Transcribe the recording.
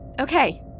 Okay